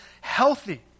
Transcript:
healthy